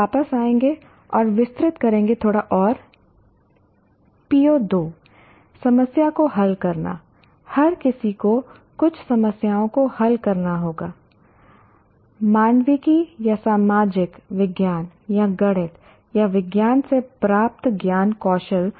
हम वापस आएंगे और विस्तृत करेंगे थोड़ा और PO2 समस्या को हल करना हर किसी को कुछ समस्याओं को हल करना होगा मानविकी या सामाजिक विज्ञान या गणित या विज्ञान से प्राप्त ज्ञान कौशल